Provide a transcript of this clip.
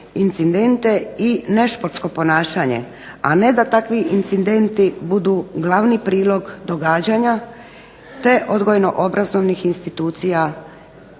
i nešportsko ponašanje, a ne da takvi incidenti budu glavni prilog događanja, te odgojno-obrazovnih institucija